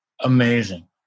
Amazing